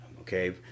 okay